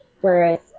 whereas